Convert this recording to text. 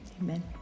amen